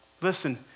Listen